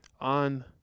on